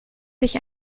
sich